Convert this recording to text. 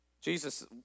Jesus